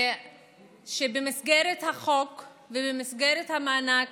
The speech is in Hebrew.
שבמסגרת החוק ובמסגרת המענק